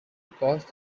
because